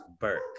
Burke